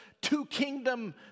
two-kingdom